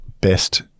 best